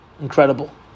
Incredible